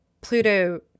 Pluto